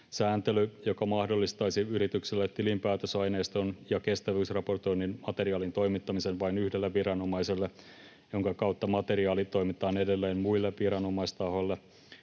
Sääntely, joka mahdollistaisi yritykselle tilinpäätösaineiston ja kestävyysraportoinnin materiaalin toimittamisen vain yhdelle viranomaiselle, jonka kautta materiaali toimitetaan edelleen muille viranomaistahoille,